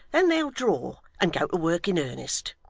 then they'll draw, and go to work in earnest